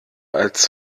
als